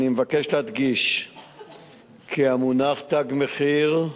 אני מבקש להדגיש כי המונח "תג מחיר"